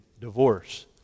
divorce